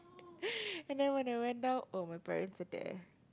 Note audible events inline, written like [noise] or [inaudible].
[laughs] and then when I went down oh my parents are there